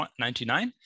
99